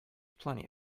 plenty